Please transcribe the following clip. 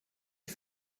die